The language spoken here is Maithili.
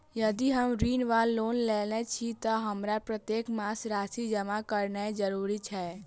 यदि हम ऋण वा लोन लेने छी तऽ हमरा प्रत्येक मास राशि जमा केनैय जरूरी छै?